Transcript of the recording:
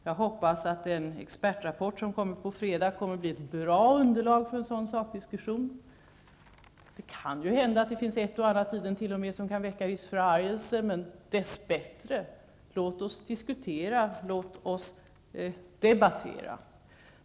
Jag hoppas att den expertrapport som kommer att läggas fram på fredag blir ett bra underlag för en sådan sakdiskussion. Det kan ju hända att det t.o.m. kan finnas ett och annat i den som kan väcka viss förargelse -- men desto bättre. Låt oss diskutera, och låt oss debattera.